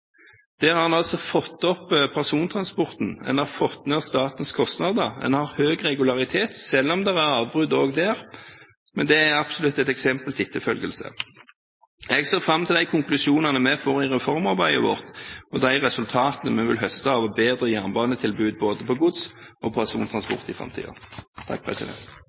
Der har en altså fått opp persontransporten, en har fått ned statens kostnader, en har høy regularitet, selv om det er avbrudd også der – det er absolutt et eksempel til etterfølgelse. Jeg ser fram til de konklusjonene vi får i reformarbeidet vårt, og de resultatene vi vil høste av bedre jernbanetilbud på både gods og persontransport i